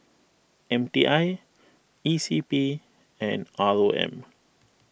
M T I E C P and R O M